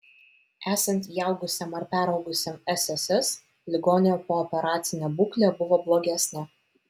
esant įaugusiam ar peraugusiam sss ligonio pooperacinė būklė buvo blogesnė